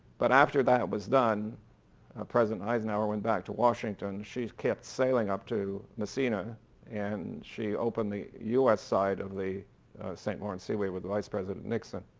but after that was done president eisenhower went back to washington. she kept sailing up to massena and she opened the us side of the st. lawrence seaway with vice president nixon.